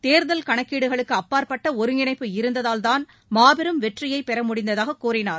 தேர்தல் கணக்கீடுகளுக்கு அப்பாற்பட்ட ஒருங்கிணைப்பு இருந்ததால்தான் மாபெரும் வெற்றியை பெறமுடிந்ததாக கூறினார்